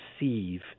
receive